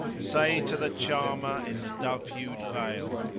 say to the charmer in the dove hued veil,